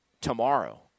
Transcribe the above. tomorrow